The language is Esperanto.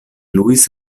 luis